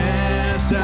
Yes